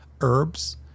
herbs